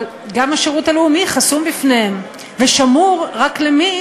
אבל גם השירות הלאומי חסום בפניהם ושמור רק למי